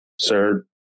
sir